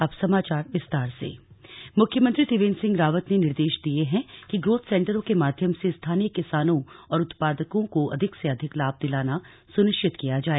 अब समाचार विस्तार से ग्रोथ सेंटर मुख्यमंत्री त्रिवेन्द्र सिंह रावत ने निर्देश दिए हैं कि ग्रोथ सेंटरों के माध्यम से स्थानीय किसानों और उत्पादकों को अधिक से अधिक लाभ दिलाना सुनिश्चित किया जाए